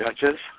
judges